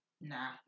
Nah